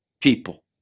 people